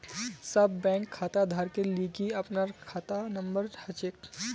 सब बैंक खाताधारकेर लिगी अपनार खाता नंबर हछेक